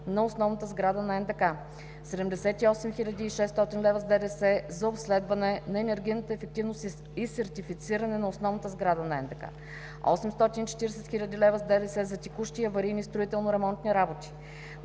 на основната сграда на НДК; - 78 хил. 600 лв. с ДДС за обследване на енергийната ефективност и сертифициране на основната сграда на НДК; - 840 хил. лв. с ДДС за текущи и аварийни строително-ремонтни работи;